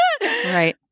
Right